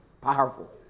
Powerful